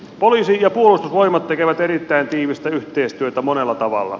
poliisi ja puolustusvoimat tekevät erittäin tiivistä yhteistyötä monella tavalla